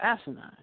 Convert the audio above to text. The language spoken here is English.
asinine